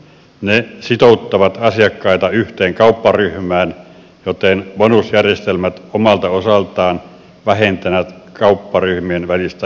ne sitouttavat asiakkaita yhteen kaupparyhmään joten bonusjärjestelmät omalta osaltaan vähentävät kaupparyhmien välistä hintakilpailua